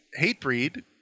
Hatebreed